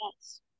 Yes